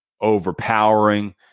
overpowering